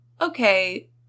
Okay